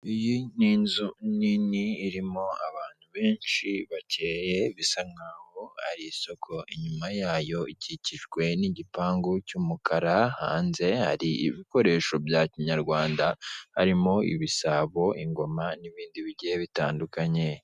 Iyi ni inzu nini irimo abantu benshi bakeye bisa nkaho ari isoko, inyuma yayo ikikijwe n'igipangu cy'umukara, hanze hari ibikoresho bya kinyarwanda harimo ibisabo, ingoma n'ibindi bigiye bitandukanye.